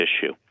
tissue